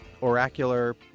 oracular